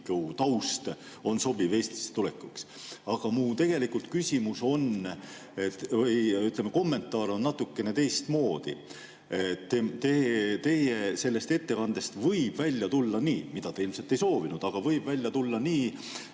taust on sobiv Eestisse tulekuks. Aga mu küsimus või, ütleme, kommentaar on natukene teistmoodi. Teie sellest ettekandest võib välja tulla nii – seda te ilmselt ei soovinud, aga sealt võib välja tulla nii